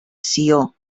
sió